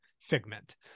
figment